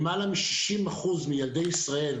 למעלה מ-60% מילדי ישראל,